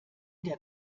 der